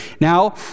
now